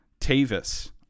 Tavis